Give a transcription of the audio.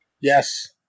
yes